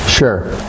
Sure